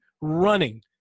running